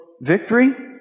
victory